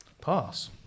Pass